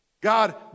God